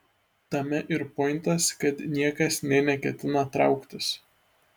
tame ir pointas kad niekas nė neketina trauktis